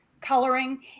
coloring